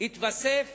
התווסף